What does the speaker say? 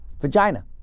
vagina